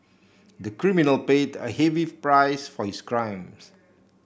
the criminal paid a heavy price for his crime